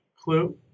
clue